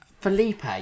Felipe